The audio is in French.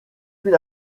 puis